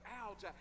out